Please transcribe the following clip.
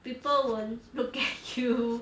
people won't look at you